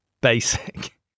basic